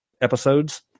Episodes